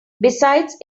besides